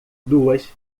duas